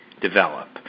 develop